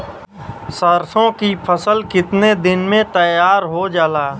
सरसों की फसल कितने दिन में तैयार हो जाला?